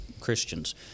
Christians